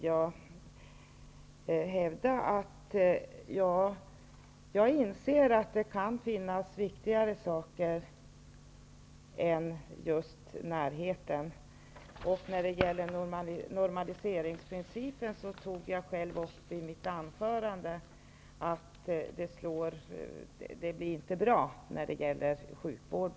Jag inser att det kan finnas viktigare saker än just närheten. När det gäller normaliseringsprincipen tog jag själv i mitt anförande upp att det inte blir bra när det är fråga om sjukvård.